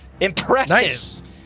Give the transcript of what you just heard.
Impressive